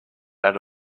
out